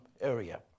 area